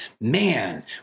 Man